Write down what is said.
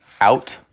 out